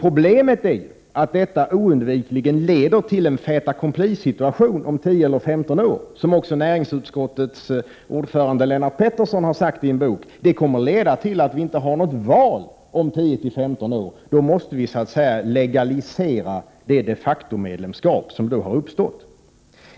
Problemet är emellertid att detta oundvikligen leder till en fait accompli-situation om 10 eller 15 år, vilket också näringsutskottets ordförande Lennart Pettersson har sagt i en bok. Detta kommer att medföra att vi inte har något alternativ om 10 till 15 år. Då måste vi legalisera, så att säga, det de facto-medlemskap som kommer att uppstå.